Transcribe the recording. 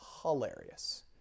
hilarious